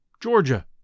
Georgia